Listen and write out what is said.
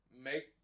make